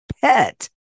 pet